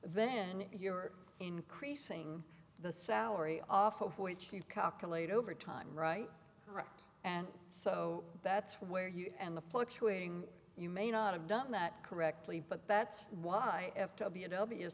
then you're increasing the salary offer which you calculate over time right right and so that's where you and the fluctuating you may not have done that correctly but that's why